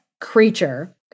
creature